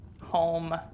home